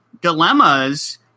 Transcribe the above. dilemmas